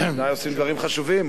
אולי עושים דברים חשובים,